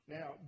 Now